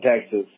Texas